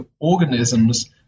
organisms